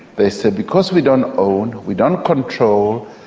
they say, because we don't own, we don't control,